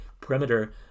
perimeter